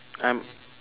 I'm